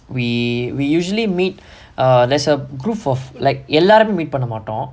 we we usually meet err there's a group of like எல்லாருமே:ellaarumae meet பண்ணமாட்டோம்:pannamaattom